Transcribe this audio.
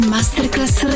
Masterclass